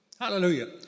Hallelujah